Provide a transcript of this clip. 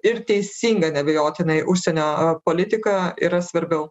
ir teisinga neabejotinai užsienio politika yra svarbiau